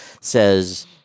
says